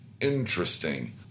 interesting